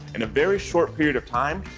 in a very short period of time,